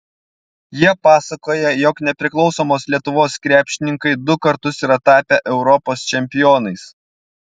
jie pasakoja jog nepriklausomos lietuvos krepšininkai du kartus yra tapę europos čempionais